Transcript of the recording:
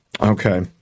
Okay